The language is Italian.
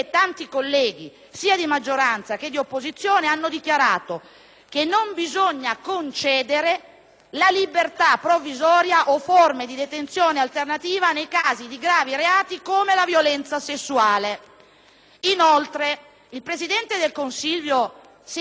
la libertà provvisoria o forme di detenzione alternativa nei casi di gravi reati come la violenza sessuale. Inoltre, il presidente del Consiglio Silvio Berlusconi ha dichiarato ieri che lo stupro è un delitto imperdonabile ed esecrabile